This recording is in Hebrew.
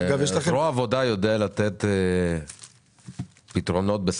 פרו עבודה, יודע לתת פתרונות בשפות?